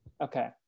okay